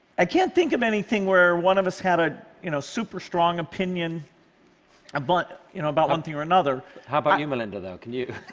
i can't think of anything where one of us had a you know super strong opinion um but you know about one thing or another? ca how about you, melinda, though? can you? you